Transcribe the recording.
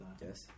Yes